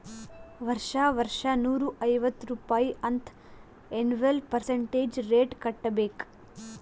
ವರ್ಷಾ ವರ್ಷಾ ನೂರಾ ಐವತ್ತ್ ರುಪಾಯಿ ಅಂತ್ ಎನ್ವಲ್ ಪರ್ಸಂಟೇಜ್ ರೇಟ್ ಕಟ್ಟಬೇಕ್